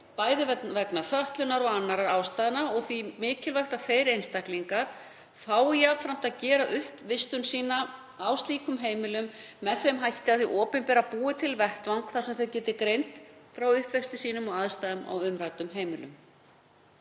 bæði vegna fötlunar og annarra ástæðna, og því mikilvægt að þeir einstaklingar fái jafnframt að gera upp vistun sína á slíkum heimilum með þeim hætti að hið opinbera búi til vettvang þar sem þau geti greint frá uppvexti sínum og aðstæðum á umræddum heimilum.